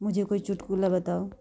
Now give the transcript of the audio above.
मुझे कोई चुटकुला बताओ